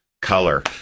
Color